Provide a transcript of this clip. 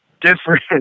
different